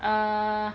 err